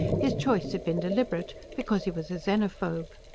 his choice had been deliberate, because he was a xenophobe.